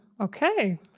okay